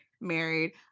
married